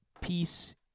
peace